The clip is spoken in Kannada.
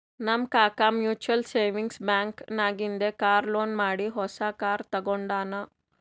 ನಮ್ ಕಾಕಾ ಮ್ಯುಚುವಲ್ ಸೇವಿಂಗ್ಸ್ ಬ್ಯಾಂಕ್ ನಾಗಿಂದೆ ಕಾರ್ ಲೋನ್ ಮಾಡಿ ಹೊಸಾ ಕಾರ್ ತಗೊಂಡಾನ್